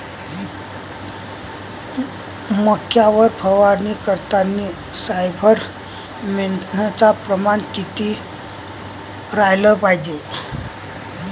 मक्यावर फवारनी करतांनी सायफर मेथ्रीनचं प्रमान किती रायलं पायजे?